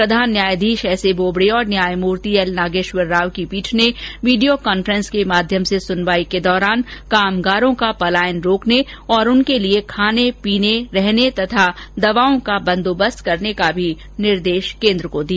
प्रधान न्यायाधीश S A Bobde और न्यायमूर्ति एल नागेश्वर राव की पीठ ने वीडियो कांफ्रेसिंग के माध्यम से सुनवाई के दौरान कामगारों का पलायन रोकने और उनके लिए खाने पीने रहने तथा दवाओं का बंदोबस्त करने का भी निर्देश केन्द्र को दिया